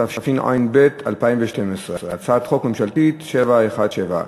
התשע"ב 2012. הצעת חוק ממשלתית מ/717.